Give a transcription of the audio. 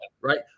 right